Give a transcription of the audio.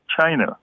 China